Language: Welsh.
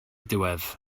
diwedd